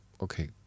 okay